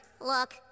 Look